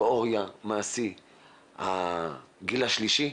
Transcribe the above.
תיאוריה, מעשי והגיל השלישי.